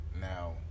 Now